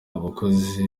abakozi